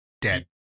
Dead